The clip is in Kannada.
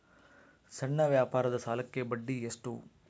ಸಣ್ಣ ವ್ಯಾಪಾರದ ಸಾಲಕ್ಕೆ ಬಡ್ಡಿ ಎಷ್ಟು?